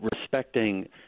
respecting